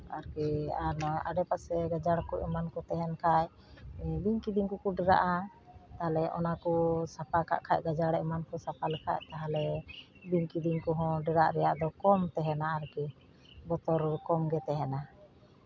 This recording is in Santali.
ᱟᱨᱠᱤ ᱱᱚᱣᱟ ᱟᱰᱮᱯᱟᱥᱮ ᱜᱟᱡᱟᱲ ᱠᱚ ᱮᱢᱟᱱ ᱠᱚ ᱛᱟᱦᱮᱱ ᱠᱷᱟᱡ ᱵᱤᱧ ᱠᱤᱫᱤᱧ ᱠᱚᱠᱚ ᱰᱮᱨᱟᱜᱼᱟ ᱛᱟᱦᱞᱮ ᱚᱱᱟ ᱠᱚ ᱥᱟᱯᱷᱟ ᱠᱟᱜ ᱠᱷᱟᱡ ᱫᱚ ᱜᱟᱡᱟᱲᱮ ᱮᱢᱟᱱ ᱠᱚ ᱥᱟᱯᱷᱟ ᱞᱮᱠᱷᱟᱡ ᱛᱟᱦᱞᱮ ᱵᱤᱧ ᱠᱤᱫᱤᱧ ᱠᱚᱦᱚᱸ ᱰᱮᱨᱟᱜ ᱨᱮᱭᱟᱜ ᱫᱚ ᱠᱚᱢ ᱛᱟᱦᱮᱱᱟ ᱟᱨᱠᱤ ᱵᱚᱛᱚᱨ ᱠᱚᱢᱜᱮ ᱛᱟᱦᱮᱱᱟ